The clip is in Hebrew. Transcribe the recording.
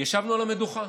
ישבנו על המדוכה